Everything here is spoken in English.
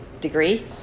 degree